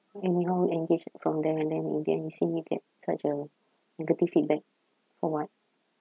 anyhow engage from there and then in the end you seem to get such a negative feedback for what